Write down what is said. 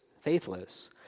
faithless